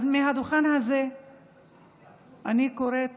אז מהדוכן הזה אני קוראת